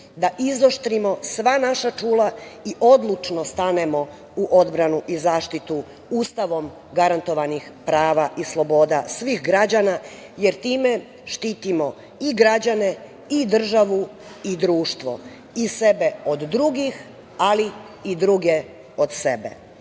da izoštrimo sva naša čula i odlučno stanemo u odbranu i zaštitu Ustavom garantovanih prava i sloboda svih građana, jer time štitimo i građane i državu i društvo, i sebe od drugih, ali i druge od